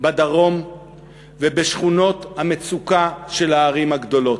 בדרום ובשכונות המצוקה של הערים הגדולות.